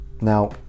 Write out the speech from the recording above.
Now